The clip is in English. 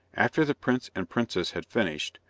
after the prince and princess had finished,